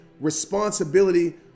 responsibility